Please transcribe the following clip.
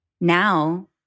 now